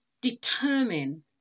determine